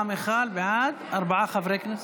השרה מיכאלי בעד, ארבעה חברי כנסת,